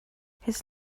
his